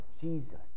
Jesus